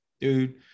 Dude